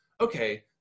okay